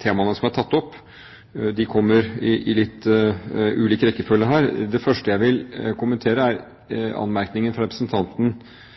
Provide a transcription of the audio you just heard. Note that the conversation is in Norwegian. temaene som er tatt opp. De kommer i litt ulik rekkefølge. Det første jeg vil kommentere, er anmerkningen fra representanten